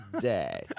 day